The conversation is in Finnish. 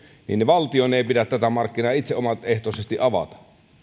niin että valtion ei pidä tätä markkinaa itse omaehtoisesti avata